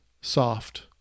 soft